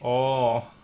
orh